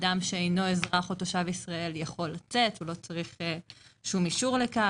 אדם שאינו אזרח או תושב ישראל יכול לצאת והוא לא צריך אישור לכך.